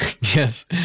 Yes